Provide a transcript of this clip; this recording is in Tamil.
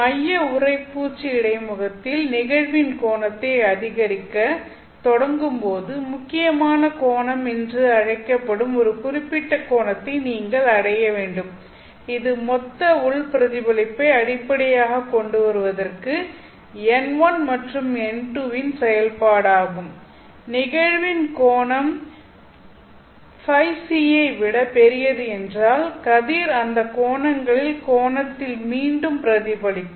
மைய உறைப்பூச்சு இடைமுகத்தில் நிகழ்வின் கோணத்தை அதிகரிக்கத் தொடங்கும்போது முக்கியமான கோணம் என்று அழைக்கப்படும் ஒரு குறிப்பிட்ட கோணத்தை நீங்கள் அடைய வேண்டும் இது மொத்த உள் பிரதிபலிப்பை அடிப்படையாகக் கொண்டுவருவதற்கு n1 மற்றும் n2 இன் செயல்பாடாகும் நிகழ்வின் கோணம் Øc ஐ விட பெரியது என்றால் கதிர் அந்த கோணங்களில் கதிர் அந்த கோணத்தில் மீண்டும் பிரதிபலிக்கும்